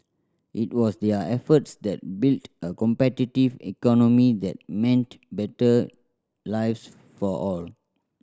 it was their efforts that built a competitive economy that meant better lives for all